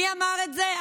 מי אמר את זה?